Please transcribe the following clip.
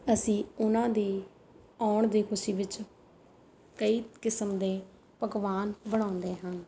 ਅਸੀਂ ਉਹਨਾਂ ਦੀ ਆਉਣ ਦੀ ਖੁਸ਼ੀ ਵਿੱਚ ਕਈ ਕਿਸਮ ਦੇ ਪਕਵਾਨ ਬਣਾਉਂਦੇ ਹਾਂ